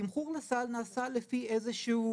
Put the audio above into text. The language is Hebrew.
התמחור נעשה לפי איזשהו